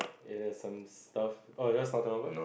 it has some stuff orh yours not turnover